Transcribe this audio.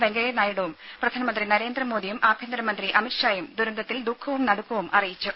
വെങ്കയ്യ നായിഡുവും പ്രധാനമന്ത്രി നരേന്ദ്രമോദിയും ആഭ്യന്തരമന്ത്രി അമിത് ഷായും ദുരന്തത്തിൽ ദുഃഖവും നടുക്കവും അറിയിച്ചു